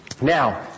Now